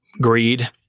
Greed